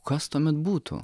kas tuomet būtų